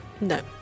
No